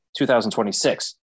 2026